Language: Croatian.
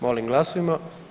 Molim glasujmo.